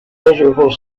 miserable